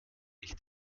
ich